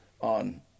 on